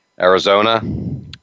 Arizona